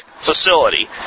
facility